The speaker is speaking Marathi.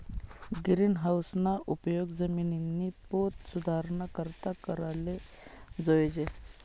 गिरीनहाऊसना उपेग जिमिननी पोत सुधाराना करता कराले जोयजे